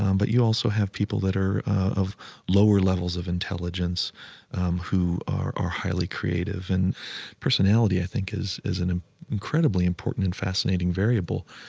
um but you also have people that are of lower levels of intelligence who are are highly creative. and personality, i think, is is an incredibly important and fascinating variable.